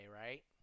right